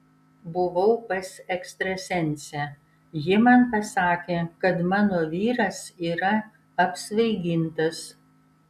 buvau pas ekstrasensę ji man pasakė kad mano vyras yra apsvaigintas